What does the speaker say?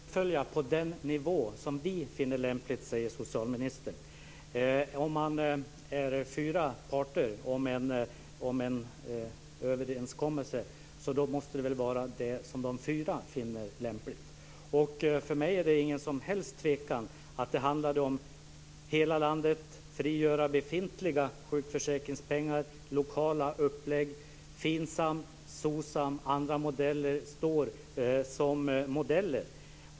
Fru talman! Vi är beredda att fullfölja på den nivå som vi finner lämplig, säger socialministern. Om man är fyra parter om en överenskommelse måste det väl vara den nivå som de fyra finner lämplig? För mig är det ingen som helst tvekan om att det handlade om hela landet, om att frigöra befintliga sjukförsäkringspengar och om lokala upplägg. Finsam, Socsam och andra står som modell.